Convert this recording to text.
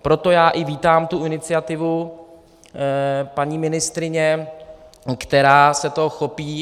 Proto já i vítám iniciativu paní ministryně, která se toho chopí.